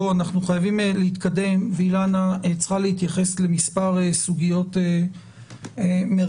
אנחנו חייבים להתקדם ואילנה צריכה להתייחס למספר סוגיות מרכזיות.